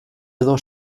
edo